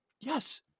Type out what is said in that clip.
Yes